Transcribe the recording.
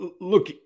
look